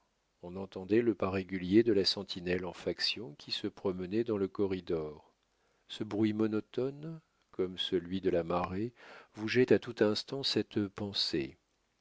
on entendait le pas régulier de la sentinelle en faction qui se promenait dans le corridor ce bruit monotone comme celui de la marée vous jette à tout instant cette pensée